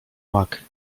mak